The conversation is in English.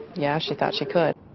yeah, she thought she could.